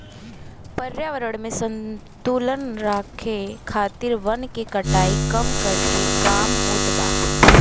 पर्यावरण में संतुलन राखे खातिर वन के कटाई कम करके काम होत बा